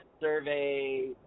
survey